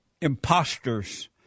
imposters